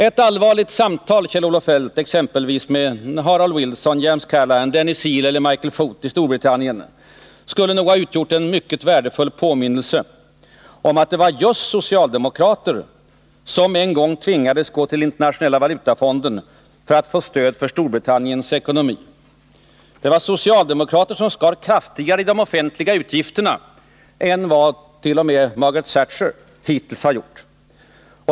Ett allvarligt samtal, Kjell-Olof Feldt, exempelvis med Harold Wilson, James Callaghan, Denis Healey eller Michael Foot i Storbritannien skulle nog ha utgjort en mycket värdefull påminnelse om att det var just Nr 29 socialdemokrater som tvingades gå till Internationella valutafonden för att få Torsdagen den stöd för Storbritanniens ekonomi. Det var socialdemokrater som skar 20 november 1980 kraftigare i de offentliga utgifterna än vad t.o.m. Margaret Thatcher hittills gjort.